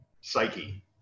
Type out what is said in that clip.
psyche